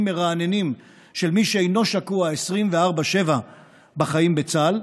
מרעננים של מי שאינו שקוע 24/7 בחיים בצה"ל,